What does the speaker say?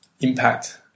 impact